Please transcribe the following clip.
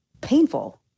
painful